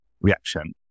reaction